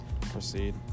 Proceed